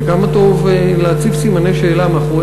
וכמה טוב להציב סימני שאלה מאחורי